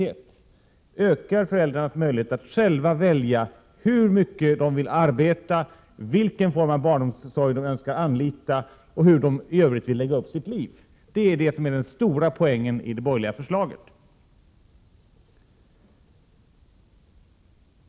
Det ger också föräldrarna större möjligheter att själva välja hur mycket de skall arbeta, vilken form av barnomsorg de önskar och hur de i övrigt vill planera sina liv. Det är den stora poängen med det borgerliga förslaget.